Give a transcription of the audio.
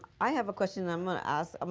i have a question. i'm going to ask. um